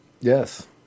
Yes